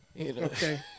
Okay